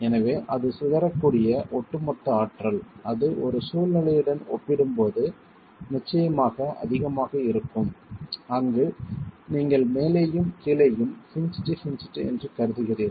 எனவே அது சிதறக்கூடிய ஒட்டுமொத்த ஆற்றல் அது ஒரு சூழ்நிலையுடன் ஒப்பிடும்போது நிச்சயமாக அதிகமாக இருக்கும் அங்கு நீங்கள் மேலேயும் கீழேயும் ஹின்ஜ்ட் ஹின்ஜ்ட் என்று கருதுகிறீர்கள்